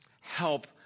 help